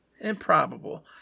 Improbable